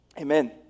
amen